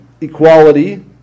Equality